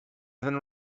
than